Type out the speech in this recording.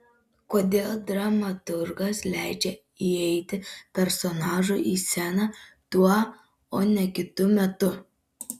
kodėl dramaturgas leidžia įeiti personažui į sceną tuo o ne kitu metu